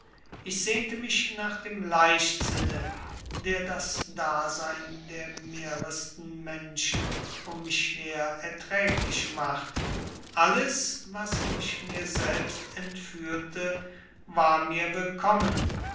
ich sehnte mich nach dem leichtsinne der das dasein der mehresten menschen um mich her erträglich macht alles was mich mir selbst entführte war mir willkommen